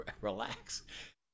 relax